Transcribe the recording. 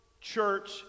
church